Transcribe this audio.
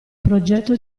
progetto